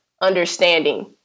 understanding